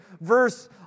verse